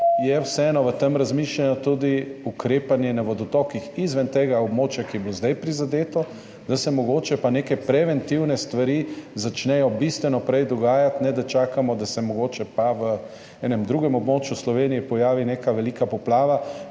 je vseeno v tem razmišljanju tudi ukrepanje na vodotokih izven tega območja, ki je bilo zdaj prizadeto? To pa zato, da se mogoče neke preventivne stvari začnejo bistveno prej dogajati, ne da čakamo, da se mogoče v enem drugem območju v Sloveniji pojavi neka velika poplava